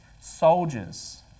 soldiers